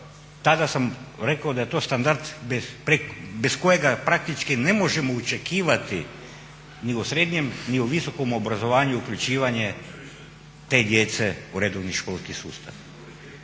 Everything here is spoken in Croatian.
tada sam rekao da je to standard bez kojega praktički ne možemo očekivati ni u srednjem ni u visokom obrazovanju uključivanje te djece u redovni školski sustav.